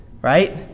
right